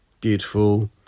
beautiful